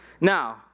Now